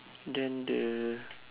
then the